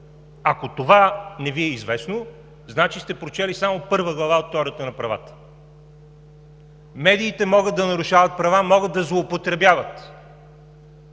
Ако това не Ви е известно, значи сте прочели само Първа глава от теорията на правата. Медиите могат да нарушават права, могат да злоупотребяват.